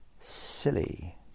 Silly